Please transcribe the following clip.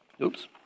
oops